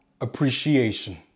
appreciation